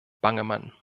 bangemann